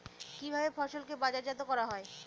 কিভাবে ফসলকে বাজারজাত করা হয়?